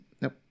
Nope